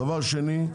דבר שני,